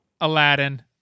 aladdin